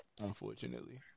Unfortunately